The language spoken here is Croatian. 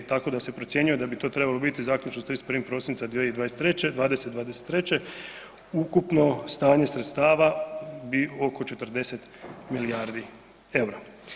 Tako da se procjenjuje da bi to trebalo biti zaključno s 31. prosinca 2023., '20.-'23., ukupno stanje sredstava bi oko 40 milijardi EUR-a.